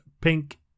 pink